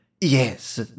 Yes